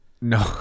No